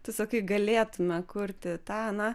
tu sakai galėtume kurti tą aną